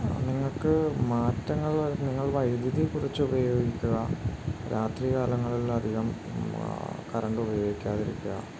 നിങ്ങൾക്ക് മാറ്റങ്ങൾ വരും നിങ്ങൾ വൈദ്യുതി കുറച്ച് ഉപയോഗിക്കുക രാത്രി കാലങ്ങളിലധികം കറണ്ട് ഉപയോഗിക്കാതിരിക്കുക